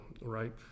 right